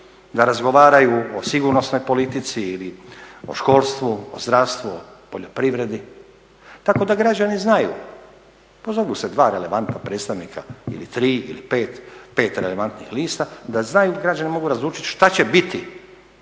da razgovaraju o sigurnosnoj politici ili o školstvu, o zdravstvu o poljoprivredi tako da građani znaju. Pozovu se dva relevantna predstavnika ili tri ili pet relevantnih lista da znaju, da građani mogu razlučiti šta će biti